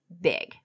big